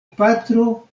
patro